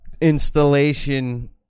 installation